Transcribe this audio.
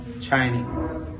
Chinese